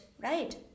right